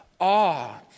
awe